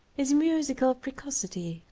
his musical precocity,